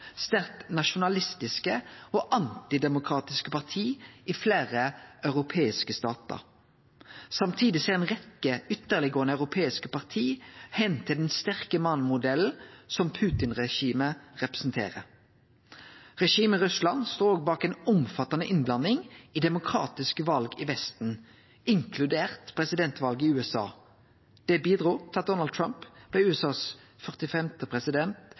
sterkt nasjonalistiske og antidemokratiske parti i fleire europeiske statar. Samtidig ser ei rekkje ytterleggåande europeiske parti til «den sterke mann»-modellen som Putin-regimet representerer. Regimet i Russland står bak ei omfattande innblanding i demokratiske val i Vesten, inkludert presidentvalet i USA. Det bidrog til at Donald Trump blei USAs 45. president,